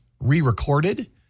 re-recorded